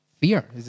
fear